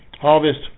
harvest